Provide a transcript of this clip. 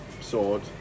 sword